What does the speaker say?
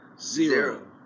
zero